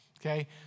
okay